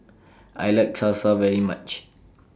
I like Salsa very much